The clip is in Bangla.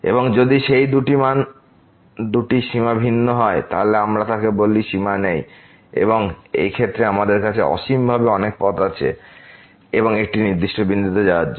এবং যদি সেই দুটি সীমা ভিন্ন হয় তাহলে আমরা তাকে বলি সীমা নেই এবং এই ক্ষেত্রে আমাদের কাছে অসীমভাবে অনেক পথ আছে একটি নির্দিষ্ট বিন্দুতে যাওয়ার জন্য